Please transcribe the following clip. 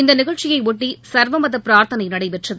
இந்த நிகழ்ச்சியை ஒட்டி சர்வமத பிரார்த்தனை நடைபெற்றது